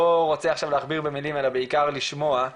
רוצה עכשיו להכביר במילים אלא בעיקר לשמוע.